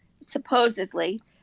supposedly